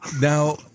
Now